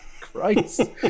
Christ